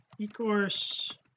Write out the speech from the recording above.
eCourse